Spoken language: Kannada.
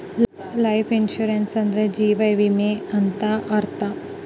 ಲೈಫ್ ಇನ್ಸೂರೆನ್ಸ್ ಅಂದ್ರೆ ಜೀವ ವಿಮೆ ಅಂತ ಅರ್ಥ